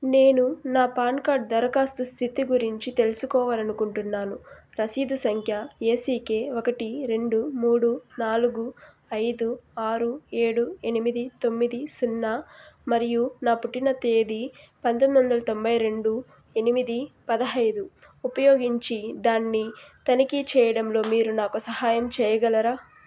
నేను నా PAN card దరఖాస్తు స్థితి గురించి తెలుసుకోవాలనుకుంటున్నాను రసీదు సంఖ్య ఏసీకే ఒకటి రెండు మూడు నాలుగు ఐదు ఆరు ఏడు ఎనిమిది తొమ్మిది సున్నా మరియు నా పుట్టిన తేదీ పంతొమ్మిది వందల తొంబై రెండు ఎనిమిది పదిహేను ఉపయోగించి దాన్ని తనిఖీ చెయ్యడంలో మీరు నాకు సహాయం చెయ్యగలరా